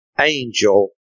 angel